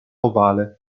ovale